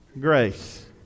grace